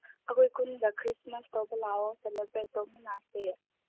ꯑꯩꯈꯣꯏ ꯈꯨꯟꯗ ꯈ꯭ꯔꯤꯁꯃꯥꯁ ꯇꯧꯕ ꯂꯥꯛꯑꯣ ꯁꯦꯂꯦꯕ꯭ꯔꯦꯠ ꯇꯧꯃꯤꯟꯅꯁꯦ